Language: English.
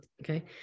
Okay